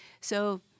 So-